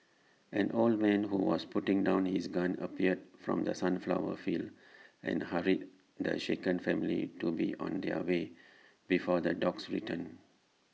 an old man who was putting down his gun appeared from the sunflower fields and hurried the shaken family to be on their way before the dogs return